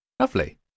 Lovely